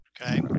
okay